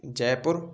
Jaipur